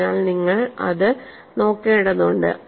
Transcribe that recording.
അതിനാൽ നിങ്ങൾ അത് നോക്കേണ്ടതുണ്ട്